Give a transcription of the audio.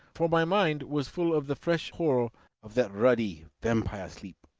for my mind was full of the fresh horror of that ruddy vampire sleep.